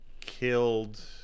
killed